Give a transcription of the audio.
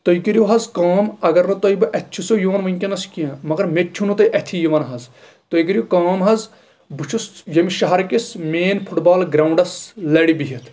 تُہۍ کٔرِو حظ کٲم اَگر نہٕ تۄہہِ بہٕ اَتھہِ چھُسو یِوان ونٛکینس کیٚنٛہہ مَگر مےٚ تہِ چھِو نہٕ تُہۍ اَتھہِ یِوان حظ تُہۍ کٔرِو کٲم حظ بہٕ چھُس ییٚمہِ شہرٕ کِس مین فٹ بال گرونٛڈس لرِ بِیٚہتھ